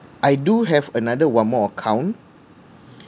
I do have another one more account